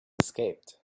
escaped